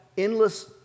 Endless